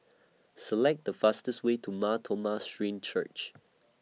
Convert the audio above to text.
Select The fastest Way to Mar Thoma Syrian Church